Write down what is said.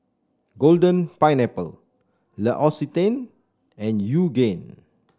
Golden Pineapple L'Occitane and Yoogane